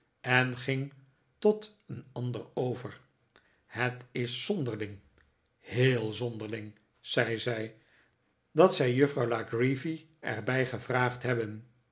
en ging tot een ander over het is zonderling heel zonderling zei zij dat zij juffrouw la creevy er bij gevraagd hebben